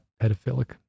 pedophilic